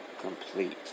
complete